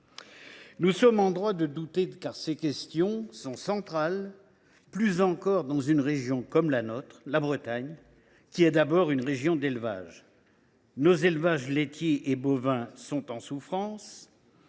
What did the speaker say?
Nous sommes en droit de douter, car ces questions sont centrales, plus encore dans une région comme la nôtre, la Bretagne, qui est d’abord une région d’élevage. Or nos élevages laitiers et bovins sont en souffrance